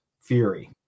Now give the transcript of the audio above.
Fury